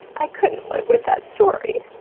i couldn't live with that story.